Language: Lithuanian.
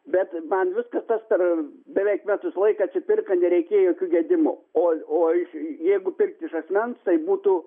bet man viskas tas per beveik metus laiko atsipirko nereikėjo jokių gedimų o o iš jeigu pirkti iš asmens tai būtų